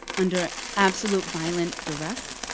under absolute violent duress.